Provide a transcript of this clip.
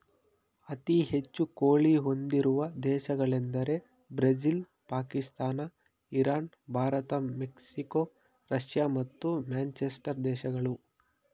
ಅತಿ ಹೆಚ್ಚು ಕೋಳಿ ಹೊಂದಿರುವ ದೇಶಗಳೆಂದರೆ Brazil Pakistan Iran Bharat Mexico Russia ಮತ್ತು ಮ್ಯಾನ್ಮಾರ್ ದೇಶಗಳು